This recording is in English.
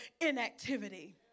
inactivity